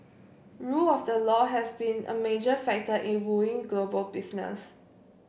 rule of the law has been a major factor in wooing global business